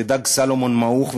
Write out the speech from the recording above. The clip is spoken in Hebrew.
זה דג סלמון מעוך ומסריח,